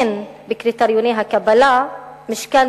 אין בקריטריוני הקבלה משקל,